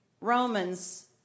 Romans